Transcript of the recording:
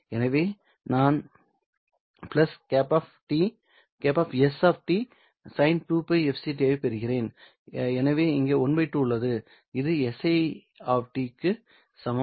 எனவே நான் ŝ sin 2πfct ஐப் பெறுகிறேன் எனவே இங்கே ½ உள்ளது இது si க்கு சமம்